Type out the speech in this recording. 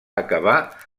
acabar